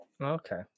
Okay